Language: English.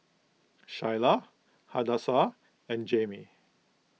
Shyla Hadassah and Jaimie